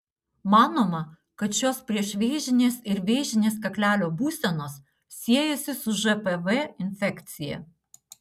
manoma kad šios priešvėžinės ir vėžinės kaklelio būsenos siejasi su žpv infekcija